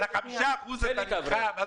על 5% אתה נלחם?